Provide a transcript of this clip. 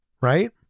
right